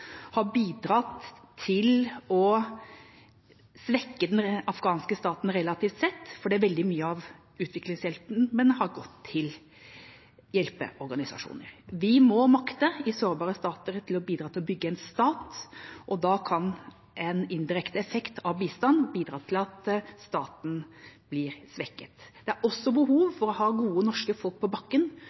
har bidratt til å svekke den afghanske staten relativt sett fordi veldig mye av utviklingshjelpen har gått til hjelpeorganisasjoner. Vi må i sårbare stater makte å bidra til å bygge en stat, og da kan en indirekte effekt av bistand bidra til at staten blir svekket. Det er også behov for å ha gode norske folk på bakken